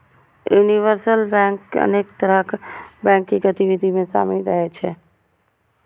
universal bank अनेक तरहक banking गतिविधि मे शामिल रहै छै